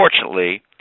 Unfortunately